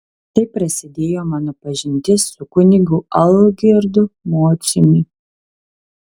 taip prasidėjo mano pažintis su kunigu algirdu mociumi